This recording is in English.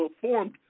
formed